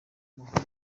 amahoro